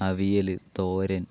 avial തോരൻ